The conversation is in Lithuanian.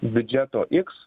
biudžeto iks